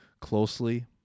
closely